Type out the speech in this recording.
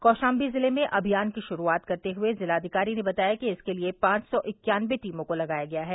कौशाम्बी जिले में अभियान की शुरूआत करते हुए जिलाधिकारी ने बताया कि इसके लिए पांच सौ इक्यानबे टीमों को लगाया गया है